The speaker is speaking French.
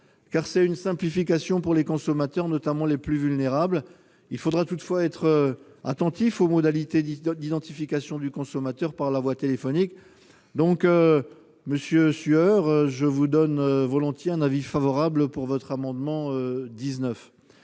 une mesure de simplification pour les consommateurs, notamment les plus vulnérables. Il faudra toutefois être attentif aux modalités d'identification du consommateur par la voie téléphonique. Par conséquent, la commission a émis un avis favorable sur cet amendement.